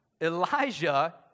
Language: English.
Elijah